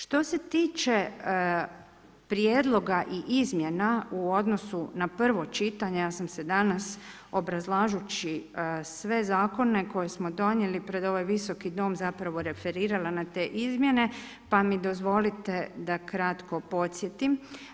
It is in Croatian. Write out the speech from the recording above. Što se tiče prijedlog i izmjena u odnosu na prvo čitanje, ja sam se danas obrazlažući sve zakone koje smo donijeli pred ovaj Visoki dom zapravo referirala na te izmjene pa mi dozvolite da kratko podsjetim.